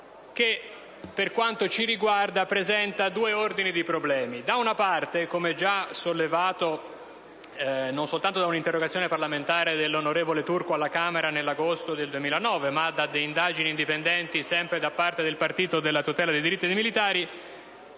che per quanto ci riguarda presenta due ordini di problemi. Da una parte, come già evidenziato non soltanto da un'interrogazione parlamentare presentata dall'onorevole Turco alla Camera nell'agosto del 2009, ma da indagini indipendenti condotte sempre da parte del Partito per la tutela dei diritti di militari,